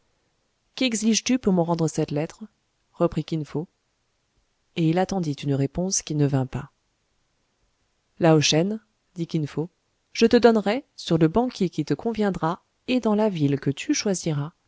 quexiges tu pour me rendre cette lettre reprit kin fo et il attendit une réponse qui ne vint pas lao shen dit kin fo je te donnerai sur le banquier qui te conviendra et dans la ville que tu choisiras